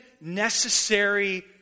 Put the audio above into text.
necessary